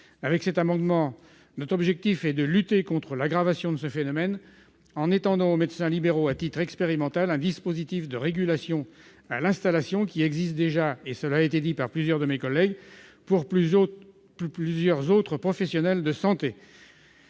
Avec cet amendement, notre objectif est de limiter l'aggravation de ce phénomène, en étendant aux médecins libéraux, à titre expérimental, un dispositif de régulation à l'installation qui existe déjà, cela a été dit par plusieurs de mes collègues, pour plusieurs autres professionnels de santé.